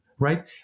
right